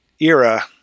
era